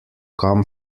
come